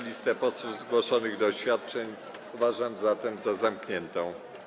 Listę posłów zgłoszonych do oświadczeń uważam zatem za zamkniętą.